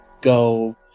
go